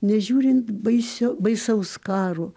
nežiūrint baisiau baisaus karo